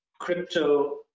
crypto